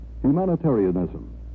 Humanitarianism